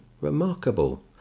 Remarkable